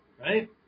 right